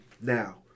now